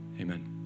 Amen